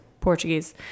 Portuguese